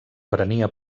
prenia